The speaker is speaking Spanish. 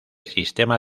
sistema